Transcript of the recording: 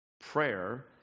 Prayer